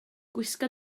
gwisga